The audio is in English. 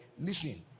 listen